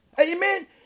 Amen